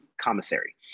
commissary